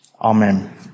Amen